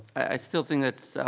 i still think that's,